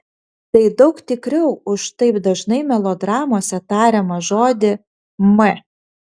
tai daug tikriau už taip dažnai melodramose tariamą žodį m